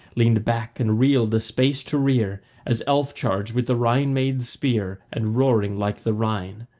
leaned back and reeled a space to rear as elf charged with the rhine maids' spear, and roaring like the rhine.